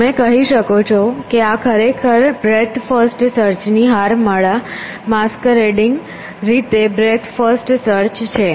તમે કહી શકો કે આ ખરેખર બ્રેડ્થ ફર્સ્ટ સર્ચ ની હારમાળા માસ્કરેડીંગ રીતે બ્રેડ્થ ફર્સ્ટ સર્ચ છે